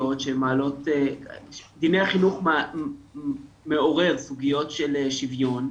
דיני החינוך מעורר סוגיות של שוויון.